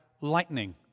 lightning